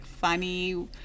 funny